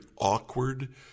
awkward